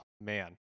man